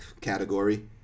category